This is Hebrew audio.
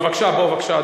בבקשה.